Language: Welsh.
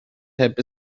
heb